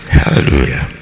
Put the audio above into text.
hallelujah